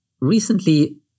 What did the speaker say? recently